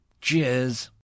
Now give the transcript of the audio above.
Cheers